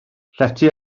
llety